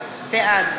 בעד